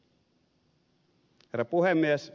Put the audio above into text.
herra puhemies